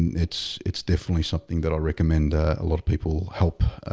it's it's definitely something that i recommend a lot of people help